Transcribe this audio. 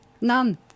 None